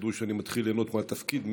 תדעו שאני מתחיל ליהנות מהתפקיד.